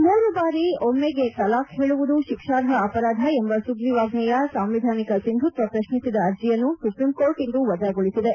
ಮೂರು ಬಾರಿ ಒಮ್ಲೆಗೆ ತಲಾಖ್ ಹೇಳುವುದು ಶಿಕ್ಷಾರ್ಹ ಅಪರಾಧ ಎಂಬ ಸುಗ್ರೀವಾಜ್ವೆಯ ಸಂವಿಧಾನಿಕ ಸಿಂಧುತ್ವ ಪ್ರಶ್ನಿಸಿದ ಅರ್ಜಿಯನ್ನು ಸುಪ್ರೀಂ ಕೋರ್ಟ್ ಇಂದು ವಜಾಗೊಳಿಸಿದೆ